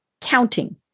counting